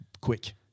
quick